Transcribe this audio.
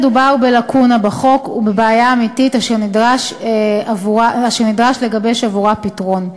מדובר בלקונה בחוק ובבעיה אמיתית אשר נדרש לגבש עבורה פתרון.